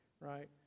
right